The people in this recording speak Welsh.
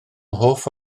hoff